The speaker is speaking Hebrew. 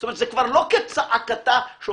זאת אומרת זה כבר לא כצעקתה שאומרים,